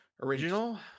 original